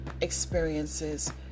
experiences